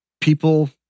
people